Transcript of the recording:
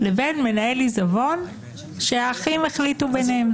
לבין מנהל עיזבון שהאחים החליטו ביניהם.